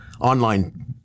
online